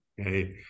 Okay